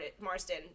Marsden